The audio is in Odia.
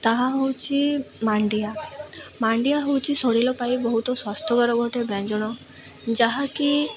ତାହା ହଉଛି ମାଣ୍ଡିଆ ମାଣ୍ଡିଆ ହଉଛି ଶରୀର ପାଇଁ ବହୁତ ସ୍ୱାସ୍ଥ୍ୟକର ଗୋଟେ ବ୍ୟଞ୍ଜନ ଯାହାକି